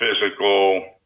physical